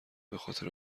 بخاطر